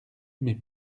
mais